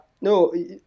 no